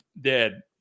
Dead